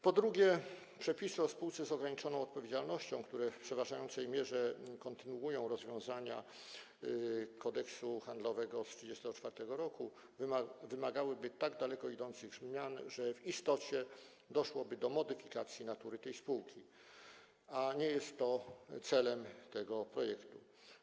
Po drugie, przepisy o spółce z ograniczoną odpowiedzialnością, które w przeważającej mierze kontynuują rozwiązania Kodeksu handlowego z 1934 r., wymagałyby tak daleko idących zmian, że w istocie doszłoby do modyfikacji natury tej spółki, a nie jest to celem tego projektu.